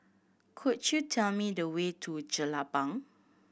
could you tell me the way to Jelapang